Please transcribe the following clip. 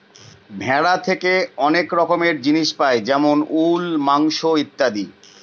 ভেড়া থেকে অনেক রকমের জিনিস পাই যেমন উল, মাংস ইত্যাদি